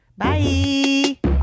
bye